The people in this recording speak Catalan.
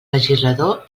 legislador